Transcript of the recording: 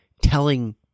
telling